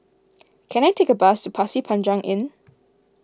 can I take a bus to Pasir Panjang Inn